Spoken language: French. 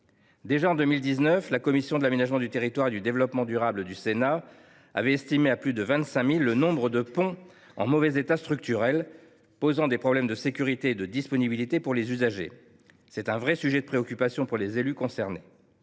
Déjà, en 2019, la commission de l’aménagement du territoire et du développement durable du Sénat avait estimé à plus de 25 000 le nombre de ponts en mauvais état structurel, posant des problèmes de sécurité et de disponibilité pour les usagers. C’est un vrai sujet de préoccupation pour les élus concernés.